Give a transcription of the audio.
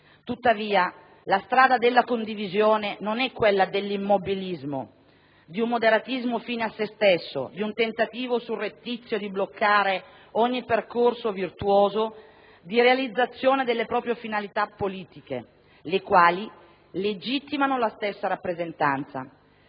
Tuttavia, la strada della condivisione non è quella dell'immobilismo, di un moderatismo fine a se stesso, di un tentativo surrettizio di bloccare ogni percorso virtuoso di realizzazione delle proprie finalità politiche, le quali legittimano la stessa rappresentanza.